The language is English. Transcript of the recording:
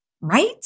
right